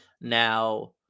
Now